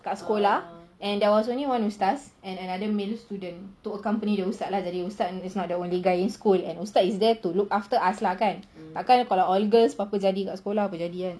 kat sekolah and there was only one ustaz and another male student to accompany the ustaz lah is the only guy in school ustaz was there to look after us lah tak akan kalau all girls kalau apa-apa jadi kat sekolah apa jadi kan